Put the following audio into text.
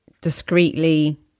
discreetly